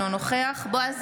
אינו נוכח בועז